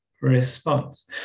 response